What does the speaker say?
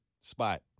spot